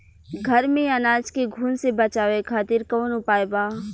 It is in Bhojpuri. घर में अनाज के घुन से बचावे खातिर कवन उपाय बा?